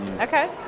okay